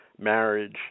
marriage